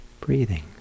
breathing